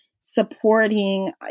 supporting